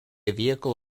vehicle